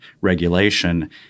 regulation